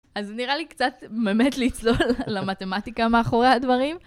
אז נראה לי קצת באמת לצלול למתמטיקה מאחורי הדברים.